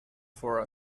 for